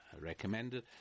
recommended